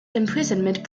imprisonment